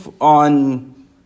on